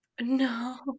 No